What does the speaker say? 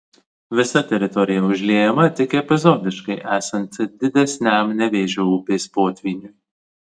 visa teritorija užliejama tik epizodiškai esant didesniam nevėžio upės potvyniui